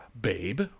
Babe